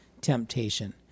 temptation